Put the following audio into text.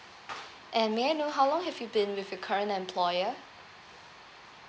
and may I know how long have you been with your current employer